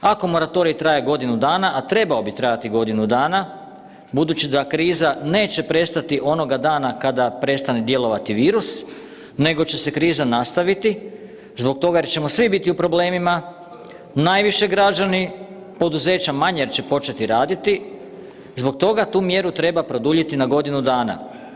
Ako moratorij traje godinu dana, a trebao bi trajati godinu dana budući da kriza neće prestati onoga dana kada prestane djelovati virus nego će se kriza nastaviti, zbog toga jer ćemo svi biti u problemima najviše građani, poduzeća manje jer će početi raditi, zbog toga tu mjeru treba produljiti na godinu dana.